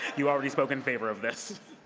you already spoke in favor of this.